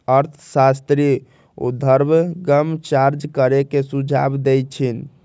अर्थशास्त्री उर्ध्वगम चार्ज करे के सुझाव देइ छिन्ह